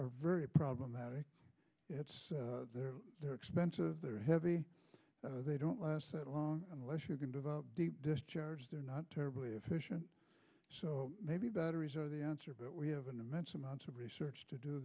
are very problematic it's they're they're expensive they're heavy they don't last that long unless you're going to the deep discharge they're not terribly efficient so maybe batteries are the answer but we have an immense amount of research to do